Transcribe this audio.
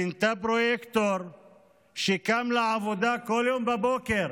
מינתה פרויקטור שקם לעבודה כל יום בבוקר